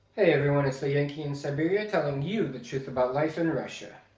hey everyone it's the yankee in siberia, telling you the truth about life in russia!